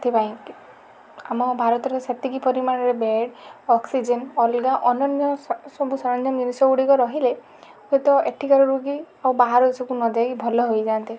ସେଥିପାଇଁ କି ଆମ ଭାରତରେ ସେତିକି ପରିମାଣରେ ବେଡ଼ ଅକ୍ସିଜେନ୍ ଅଲଗା ଅନନ୍ୟ ସବୁ ସରଞ୍ଜାମ ଜିନିଷ ଗୁଡ଼ିକ ରହିଲେ ହୁଏ ତ ଏଠିକାର ରୋଗୀ ଆଉ ବାହାର ଦେଶକୁ ନ ଯାଇ ଭଲ ହୋଇଯାଆନ୍ତେ